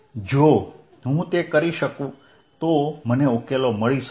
જો હું તે કરી શકું તો મને ઉકેલો મળી શકે